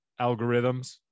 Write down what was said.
algorithms